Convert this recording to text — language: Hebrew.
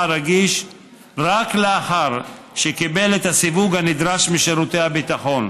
רגיש רק לאחר שקיבל את הסיווג הנדרש משירותי הביטחון.